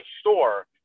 store